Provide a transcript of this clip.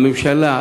הממשלה,